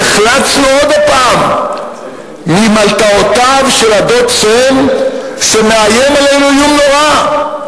נחלצנו עוד פעם ממלתעותיו של הדוד סם שמאיים עלינו איום נורא.